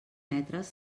metres